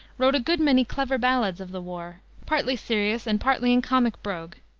wrote a good many clever ballads of the war, partly serious and partly in comic brogue.